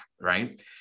right